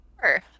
Sure